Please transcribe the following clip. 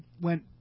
went